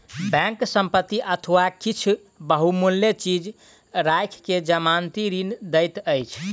bank संपत्ति अथवा किछ बहुमूल्य चीज राइख के जमानती ऋण दैत अछि